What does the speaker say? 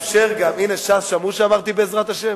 הנה, ש"ס שמעו שאמרתי בעזרת השם?